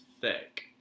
thick